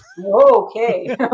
Okay